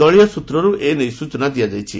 ଦଳୀୟ ସୂତ୍ରରେ ଏ ନେଇ ସୂଚନା ଦିଆଯାଇଛି